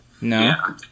No